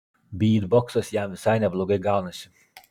bytboksas jam visai neblogai gaunasi